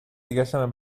دیگشم